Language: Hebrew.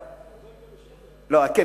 כן,